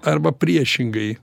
arba priešingai